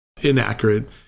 inaccurate